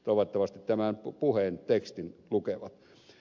toivottavasti tämän puheen tekstin lukevat